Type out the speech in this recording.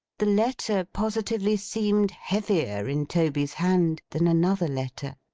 the letter positively seemed heavier in toby's hand, than another letter.